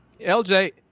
LJ